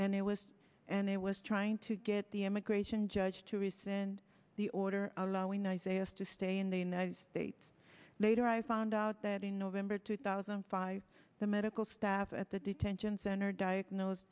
and it was and it was trying to get the immigration judge to rescind the order allowing isaiah's to stay in the united states later i found out that in november two thousand and five the medical staff at the detention center diagnosed